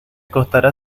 costará